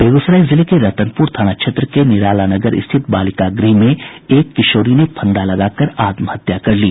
बेगूसराय जिले के रतनपुर थाना क्षेत्र के निराला नगर स्थित बालिका गृह में एक किशोरी ने फंदा लगाकर आत्महत्या कर ली